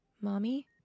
Mommy